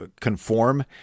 conform